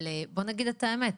נגיד את האמת,